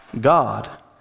God